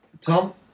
Tom